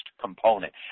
component